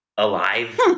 Alive